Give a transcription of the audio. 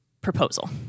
proposal